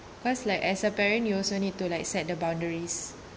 cause like as a parent you also need to like set the boundaries